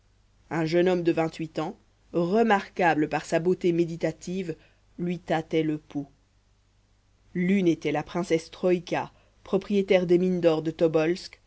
un jeune homme de vingt-huit ans remarquable par sa beauté méditative lui tâtait le pouls l'une était la princesse troïka propriétaire des mines d'or de